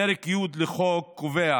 פרק י' לחוק קובע